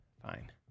Fine